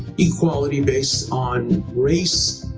equality based on race.